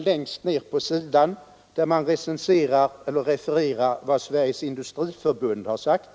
Längre ner på samma sida refererar utskottet vad Sveriges industriförbund har sagt.